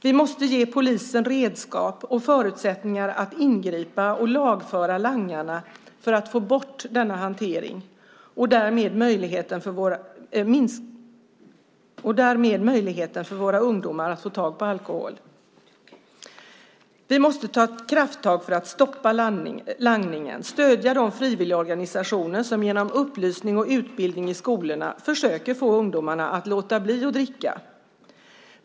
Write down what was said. Vi måste ge polisen redskap och förutsättningar att ingripa och lagföra langarna för att få bort denna hantering och därmed möjligheten för våra ungdomar att få tag på alkohol. Vi måste ta ett krafttag för att stoppa langningen och stödja de frivilligorganisationer som genom upplysning och utbildning i skolorna försöker att få ungdomarna att låta bli att dricka.